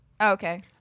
Okay